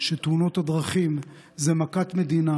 שתאונות הדרכים הן מכת מדינה,